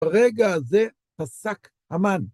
ברגע זה פסק המן.